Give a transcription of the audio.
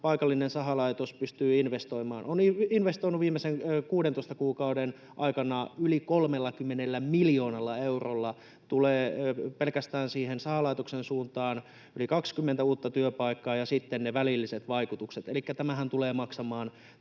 paikallinen sahalaitos pystyy investoimaan ja on investoinut viimeisten 16 kuukauden aikana yli 30 miljoonalla eurolla. Pelkästään siihen sahalaitoksen suuntaan yli 20 uutta työpaikkaa, ja sitten ne välilliset vaikutukset. Elikkä tämä investointihan tulee maksamaan